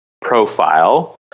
profile